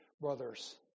brothers